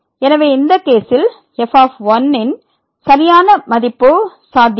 எனவே இந்த கேசில் fன் சரியான மதிப்பு சாத்தியமில்லை